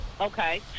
Okay